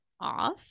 off